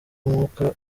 umwuka